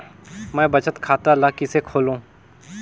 मैं बचत खाता ल किसे खोलूं?